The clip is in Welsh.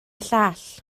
llall